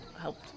helped